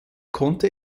konnte